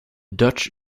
dutch